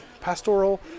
pastoral